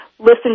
listen